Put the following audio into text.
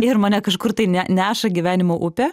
ir mane kažkur tai neša gyvenimo upė